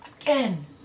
Again